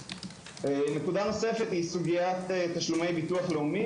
נקודה נוספת היא סוגית תשלומי ביטוח לאומי